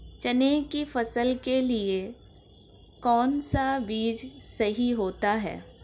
चने की फसल के लिए कौनसा बीज सही होता है?